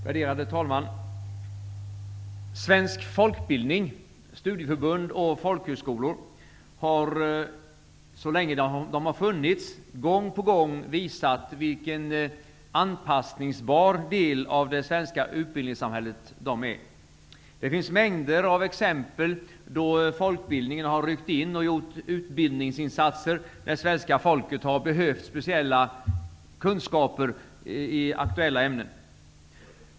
Värderade talman! Svensk folkbildning, studieförbund och folkhögskolor, har så länge de har funnits gång på gång visat vilken anpassningsbar del av det svenska utbildningssamhället de är. Det finns mängder av exempel på att folkbildningen har ryckt in och gjort utbildningsinsatser då svenska folket har behövt speciella kunskaper i aktuella ämnen.